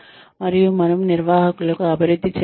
మరియు మనము నిర్వాహకులను అభివృద్ధి చేస్తాము